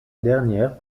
dernière